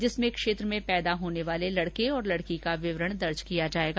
जिसमें क्षेत्र में पैदा होने वाले लड़की और लड़के का विवरण दर्ज किया जाएगा